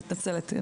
אני מתנצלת.